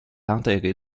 enterré